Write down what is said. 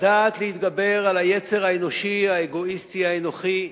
לדעת להתגבר על היצר האנושי האגואיסטי, האנוכי,